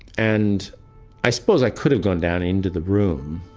and i suppose i could have gone down into the room